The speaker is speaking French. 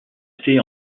restée